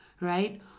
Right